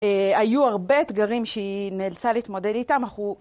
היו הרבה אתגרים שהיא נאלצה להתמודד איתם, אך הוא...